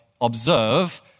observe